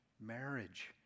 marriage